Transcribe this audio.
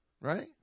right